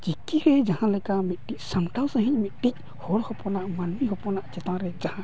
ᱪᱤᱠᱤᱨᱮ ᱡᱟᱦᱟᱸ ᱞᱮᱠᱟ ᱢᱤᱫᱴᱤᱡ ᱥᱟᱢᱴᱟᱣ ᱥᱟᱺᱦᱤᱡ ᱢᱤᱫᱴᱤᱡ ᱦᱚᱲ ᱦᱚᱯᱚᱱᱟᱜ ᱢᱟᱹᱱᱢᱤ ᱦᱚᱯᱚᱱᱟᱜ ᱪᱮᱛᱟᱱ ᱨᱮ ᱡᱟᱦᱟᱸ